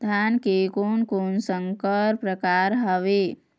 धान के कोन कोन संकर परकार हावे?